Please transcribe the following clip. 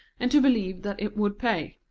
and to believe that it would pay.